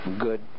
good